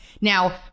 Now